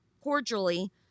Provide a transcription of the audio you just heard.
cordially